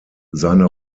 seine